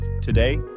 today